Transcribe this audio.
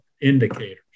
indicators